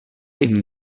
ihnen